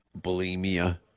bulimia